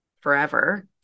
forever